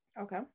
Okay